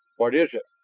what is it?